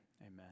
Amen